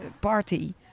party